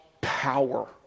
power